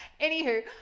Anywho